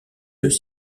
deux